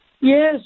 Yes